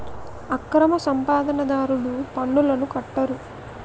అక్రమ సంపాదన దారులు పన్నులను కట్టరు